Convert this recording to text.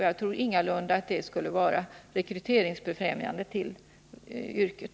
Jag tror inte att det skulle befrämja rekryteringen till yrket.